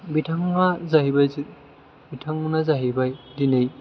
बिथाङा जाहैबाय बिथांमोनहा जाहैबाय दिनै